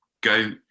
go